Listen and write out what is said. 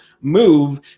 move